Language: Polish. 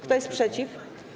Kto jest przeciw?